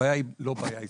הבעיה היא לא בעיה ישראלית,